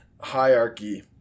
hierarchy